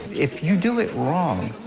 if you do it wrong,